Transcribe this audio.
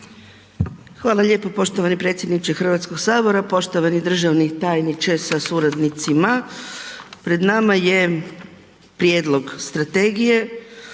Hvala lijepa poštovani potpredsjedniče Hrvatskog sabora, poštovani državni tajniče sa suradnicima, poštovane kolegice i kolege.